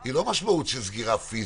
היא לא משמעות של סגירה פיזית,